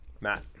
Matt